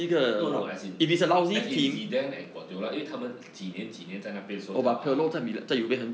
no no as it as if zidane and guardiola 因为他们几年几年在那边说套